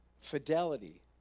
Fidelity